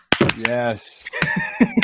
Yes